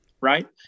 Right